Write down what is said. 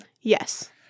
Yes